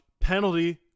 penalty